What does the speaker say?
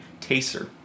taser